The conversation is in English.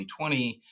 2020